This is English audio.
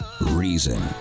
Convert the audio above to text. Reason